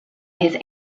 his